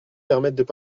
permettent